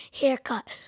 Haircut